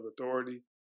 authority